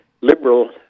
liberal